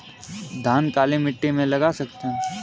धान काली मिट्टी में लगा सकते हैं?